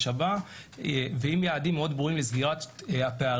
הבא ועם יעדים מאוד ברורים לסגירת הפערים,